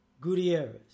Gutierrez